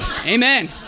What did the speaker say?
Amen